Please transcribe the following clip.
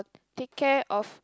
take care of